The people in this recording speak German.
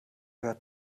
gehört